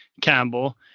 Campbell